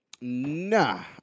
Nah